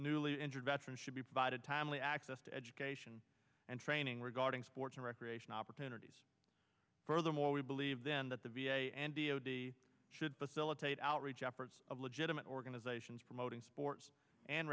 newly injured veterans should be provided timely access to education and training regarding sports and recreation opportunities furthermore we believe then that the v a and d o d should facilitate outreach efforts of legitimate organizations promoting sports and